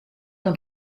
een